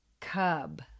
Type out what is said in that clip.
cub